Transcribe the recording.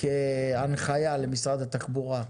כהנחיה למשרד התחבורה.